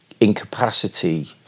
incapacity